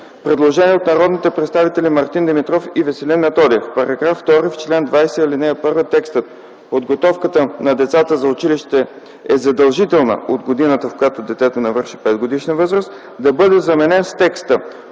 Предложение от народните представители Мартин Димитров и Веселин Методиев: В § 2, в чл. 20, ал. 1 текстът: „Подготовката на децата за училище е задължителна от годината, в която детето навършва 5-годишна възраст” да бъде заменен с текста: